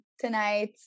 tonight